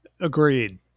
Agreed